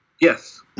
Yes